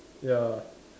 ya